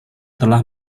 telah